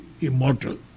immortal